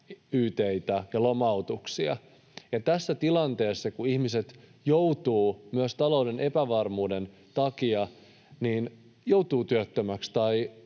yt:itä ja lomautuksia. Tässä tilanteessa, kun ihmiset joutuvat myös talouden epävarmuuden takia työttömiksi tai